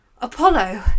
Apollo